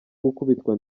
gukubitwa